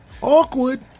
Awkward